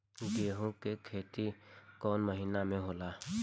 गेहूं के खेती कौन महीना में होला?